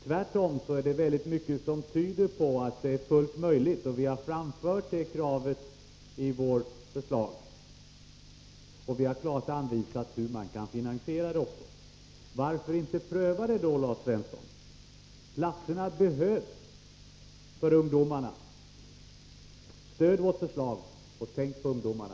Tvärtom är det mycket som tyder på att detta är fullt möjligt, och vi har framfört detta krav i vårt förslag. Vi har också klart anvisat hur man skall finansiera det. Varför inte pröva det då, Lars Svensson? Platserna behövs för ungdomarna. Stöd vårt förslag och tänk på ungdomarna!